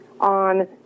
on